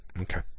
okay